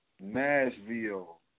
Nashville